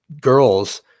girls